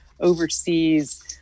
oversees